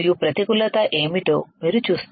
ప్రతికూలత ఏమిటో మీరు చూస్తారు